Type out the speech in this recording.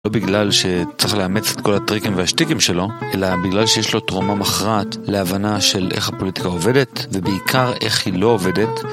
לא בגלל שצריך לאמץ את כל הטריקים והשתיקים שלו, אלא בגלל שיש לו תרומה מכרעת להבנה של איך הפוליטיקה עובדת, ובעיקר איך היא לא עובדת.